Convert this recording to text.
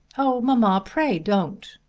oh, mamma, pray don't.